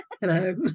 Hello